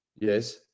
yes